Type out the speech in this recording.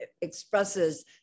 expresses